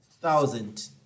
thousand